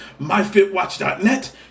MyFitWatch.net